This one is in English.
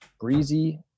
Breezy